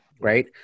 right